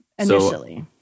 initially